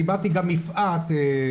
דיברתי גם עם יפעת שאשא ביטון,